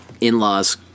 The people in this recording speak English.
in-laws